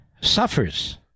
suffers